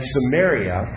Samaria